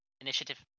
Initiative